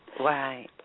Right